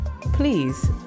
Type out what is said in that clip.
please